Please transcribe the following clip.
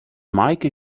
mike